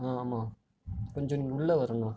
ஆமாம் கொஞ்சம் நீங்கள் உள்ளே வரணும்